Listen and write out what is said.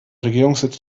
regierungssitz